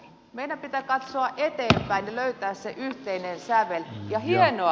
meidän pitää katsoa eteenpäin ja löytää se yhteinen sävel ja hienoa